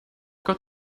got